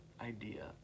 idea